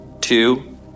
two